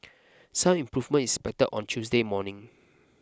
some improvement is expected on Tuesday morning